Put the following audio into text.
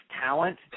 talent